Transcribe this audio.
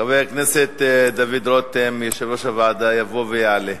חבר הכנסת דוד רותם, יושב-ראש הוועדה, יבוא ויעלה.